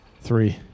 Three